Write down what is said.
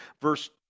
Verse